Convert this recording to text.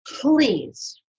please